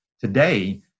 today